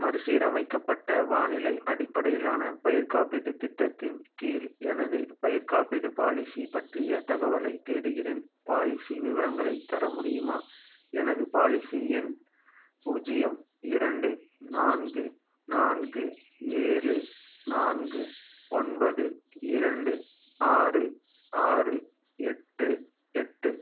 மறுசீரமைக்கப்பட்ட வானிலை அடிப்படையிலான பயிர் காப்பீட்டுத் திட்டத்தின் கீழ் எனது பயிர்க் காப்பீடு பாலிசி பற்றிய தகவலைத் தேடுகிறேன் பாலிசி விவரங்களைத் தர முடியுமா எனது பாலிசி எண் பூஜ்ஜியம் இரண்டு நான்கு நான்கு ஏழு நான்கு ஒன்பது இரண்டு ஆறு ஆறு எட்டு எட்டு